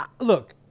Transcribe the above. look